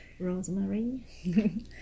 Rosemary